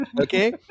Okay